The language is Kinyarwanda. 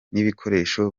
n’ibikoresho